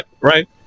right